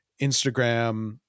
instagram